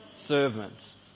Servants